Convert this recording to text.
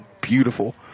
beautiful